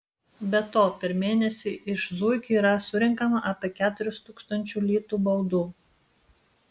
be to per mėnesį iš zuikių yra surenkama apie keturis tūkstančių litų baudų